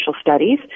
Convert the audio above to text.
studies